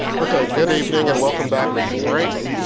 okay, good evening and welcome back from your break.